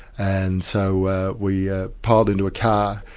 and so we ah piled into a car,